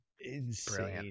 Insane